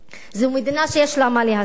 זאת מדינה שיש לה מה להסתיר.